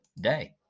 day